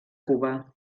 cuba